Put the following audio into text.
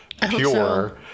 pure